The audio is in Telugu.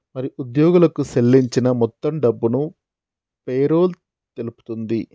మరి ఉద్యోగులకు సేల్లించిన మొత్తం డబ్బును పేరోల్ తెలుపుతుంది